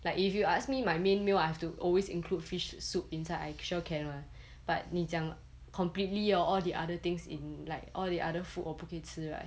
like if you ask me my main meal I have to always include fish soup inside I sure can [one] but 你讲 completely hor all the other things in like all the other food 我不可以吃 right